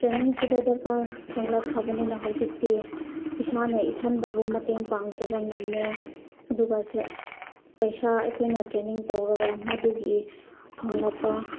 ꯇ꯭ꯔꯦꯅꯤꯡꯁꯤꯗ ꯗꯔꯀꯥꯔ ꯐꯪꯂꯛꯈ꯭ꯔꯕꯅꯤꯅ ꯍꯧꯖꯤꯛꯇꯤ ꯏꯁꯥꯅ ꯏꯊꯟꯇꯕꯨ ꯃꯇꯦꯡ ꯄꯥꯡꯖꯕ ꯉꯝꯃꯦ ꯑꯗꯨꯒ ꯁꯦꯜ ꯄꯩꯁꯥ ꯑꯩꯈꯣꯏꯅ ꯇ꯭ꯔꯦꯅꯤꯡ ꯇꯧꯔꯒ ꯃꯗꯨꯒꯤ ꯐꯪꯂꯛꯄ